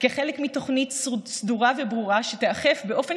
כחלק מתוכנית סדורה וברורה שתיאכף באופן